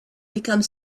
become